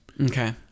Okay